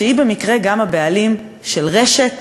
שהיא במקרה גם הבעלים של רשת